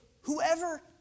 whoever